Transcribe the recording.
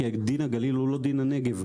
כי דין הגליל הוא לא דין הנגב.